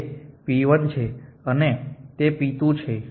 તે p 1 છે અને તે p 2 છે